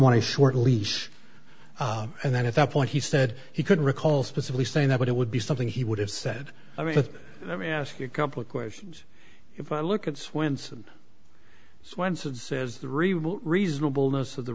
want to short lease and then at that point he said he couldn't recall specifically saying that but it would be something he would have said i mean let me ask you a couple of questions if i look at swenson swensen says the remote reasonable most of the